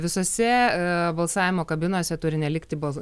visose balsavimo kabinose turi nelikti bos